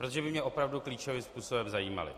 Protože by mě opravdu klíčovým způsobem zajímaly.